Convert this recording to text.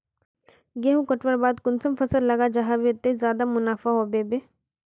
गेंहू कटवार बाद कुंसम फसल लगा जाहा बे ते ज्यादा मुनाफा होबे बे?